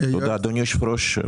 אדוני היושב-ראש,